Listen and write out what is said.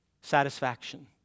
satisfaction